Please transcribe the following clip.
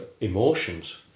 emotions